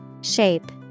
Shape